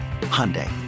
Hyundai